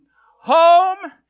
home